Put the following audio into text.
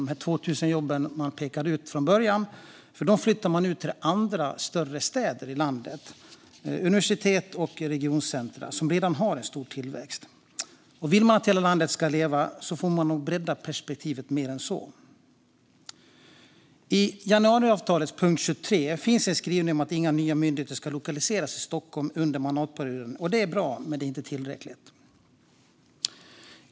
De 2 000 jobb man pekade ut från början flyttar man ut till andra större städer i landet, till universitets och regioncentrum som redan har en stor tillväxt. Om man vill att hela landet ska leva får man nog bredda perspektivet mer än så. I januariavtalets punkt 23 finns en skrivning om att inga nya myndigheter ska lokaliseras till Stockholm under mandatperioden. Det är bra men inte tillräckligt.